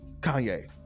Kanye